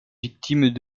victimes